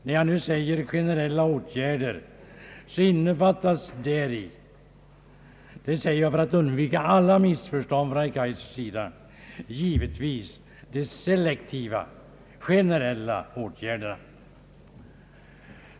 När jag nu säger »generella åtgärder», menar jag att däri innefattas — det säger jag för att undvika alla missförstånd från herr Kaijsers sida — givetvis de selektiva generella åtgärderna.